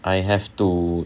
I have to